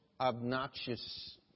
obnoxious